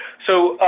so,